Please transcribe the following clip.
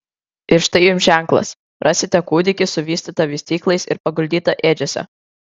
ir štai jums ženklas rasite kūdikį suvystytą vystyklais ir paguldytą ėdžiose